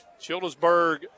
Childersburg